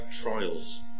trials